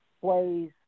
plays